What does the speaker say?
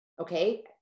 okay